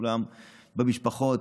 לכולם במשפחות.